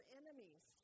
enemies